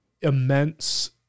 immense